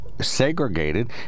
segregated